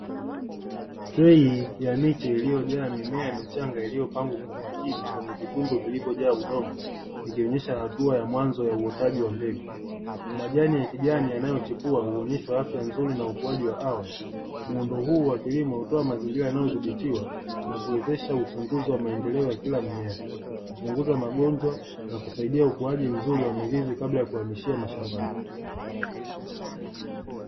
Trei ya miche iliyojaa mimea michanga, iliyopangwa kwa umakini kwenye vitundu vilivyojaa udongo, vikionyesha hatua ya mwanzo ya uotaji wa mbegu. Majani ya kijani yanayochipua huonyesha afya nzuri ya ukuaji wa awali. Muundo huu wa kilimo hutoa mazingira yanayothibitiwa na kuwezesha uchunguzi wa maendeleo ya kila mmea, kupunguza magonjwa na kusaidia ukuaji mzuri wa mizizi, kabla ya kuhamishia mashambani.